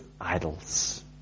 idols